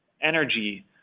energy